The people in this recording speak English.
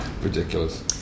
ridiculous